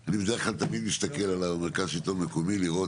אני בדרך כלל מסתכל על מרכז השלטון המקומי לראות